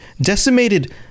Decimated